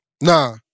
Nah